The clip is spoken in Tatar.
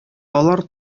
алар